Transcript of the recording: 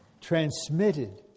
transmitted